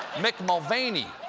mick mulvaney.